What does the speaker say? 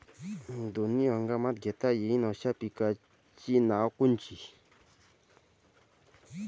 दोनी हंगामात घेता येईन अशा पिकाइची नावं कोनची?